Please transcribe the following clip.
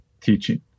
teaching